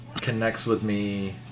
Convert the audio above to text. connects-with-me